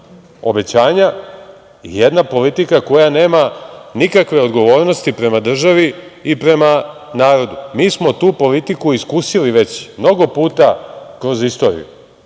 obećanja i jedna politika koja nema nikakve odgovornosti prema državi i prema narodu. Mi smo tu politiku iskusili već mnogo puta kroz istoriju.